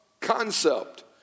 concept